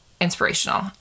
inspirational